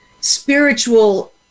spiritual